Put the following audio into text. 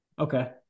Okay